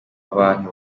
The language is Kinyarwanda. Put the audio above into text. bantu